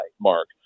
Mark